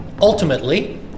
ultimately